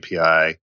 API